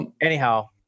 Anyhow